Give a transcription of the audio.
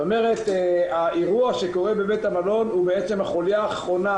זאת אומרת האירוע שקורה בבית המלון הוא בעצם החוליה האחרונה,